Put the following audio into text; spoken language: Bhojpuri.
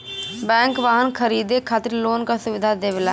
बैंक वाहन खरीदे खातिर लोन क सुविधा देवला